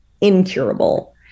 incurable